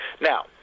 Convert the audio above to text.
Now